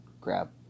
grab